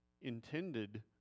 intended